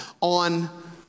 on